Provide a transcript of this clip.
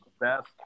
best